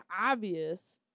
obvious